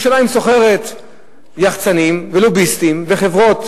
ירושלים שוכרת יחצנים ולוביסטים וחברות